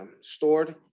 stored